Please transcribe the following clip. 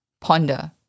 ponder